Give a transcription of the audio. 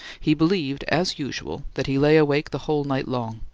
he believed, as usual, that he lay awake the whole night long.